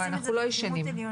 אנחנו לא ישנים.